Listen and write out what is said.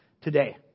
today